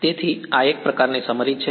તેથી આ એક પ્રકારની સમરી છે